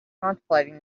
contemplating